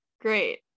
great